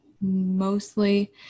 mostly